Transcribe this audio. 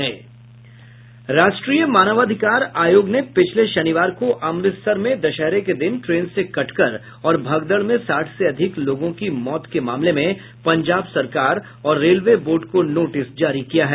राष्ट्रीय मानवाधिकार आयोग ने पिछले शनिवार को अमृतसर में दशहरे के दिन ट्रेन से कटकर और भगदड़ में साठ से अधिक लोगों की मौत के मामले में पंजाब सरकार और रेलवे बोर्ड को नोटिस जारी किया है